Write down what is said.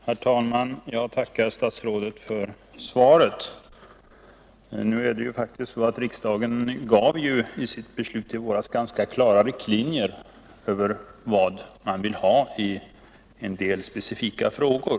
Herr talman! Jag tackar statsrådet för svaret. Nu är det faktiskt så att riksdagen i sitt beslut i våras gav ganska klara riktlinjer i en del specifika frågor.